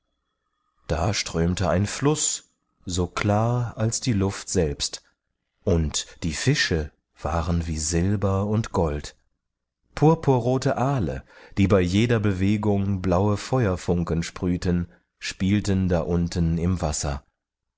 da strömte ein fluß so klar als die luft selbst und die fische waren wie silber und gold purpurrote aale die bei jeder bewegung blaue feuerfunken sprühten spielten da unten im wasser